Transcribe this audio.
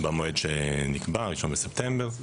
במועד שנקבע, ה-1 בספטמבר.